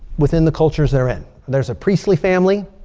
within the cultures they're in. and there's a priestly family,